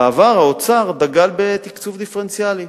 בעבר האוצר דגל בתקצוב דיפרנציאלי.